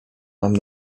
mam